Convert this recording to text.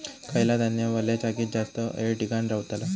खयला धान्य वल्या जागेत जास्त येळ टिकान रवतला?